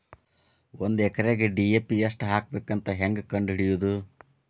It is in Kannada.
ಒಂದು ಎಕರೆಗೆ ಡಿ.ಎ.ಪಿ ಎಷ್ಟು ಹಾಕಬೇಕಂತ ಹೆಂಗೆ ಕಂಡು ಹಿಡಿಯುವುದು?